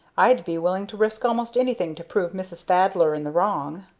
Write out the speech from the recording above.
i'd be willing to risk almost anything to prove mrs. thaddler in the wrong.